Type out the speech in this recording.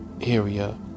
area